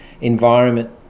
environment